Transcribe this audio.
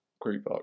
group